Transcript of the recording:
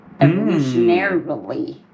Evolutionarily